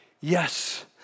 Yes